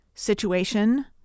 Situation